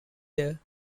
there